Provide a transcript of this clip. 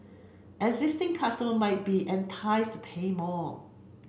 existing customer might be enticed to pay more